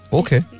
okay